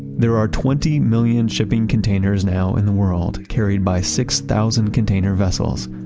there are twenty million shipping containers now in the world, carried by six thousand container vessels,